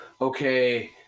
okay